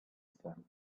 son